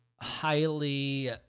highly